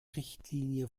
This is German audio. richtlinie